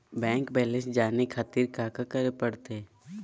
Bank balance जाने खातिर काका करे पड़तई?